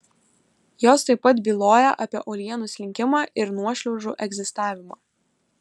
jos taip pat byloja apie uolienų slinkimą ir nuošliaužų egzistavimą